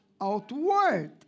outward